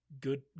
Good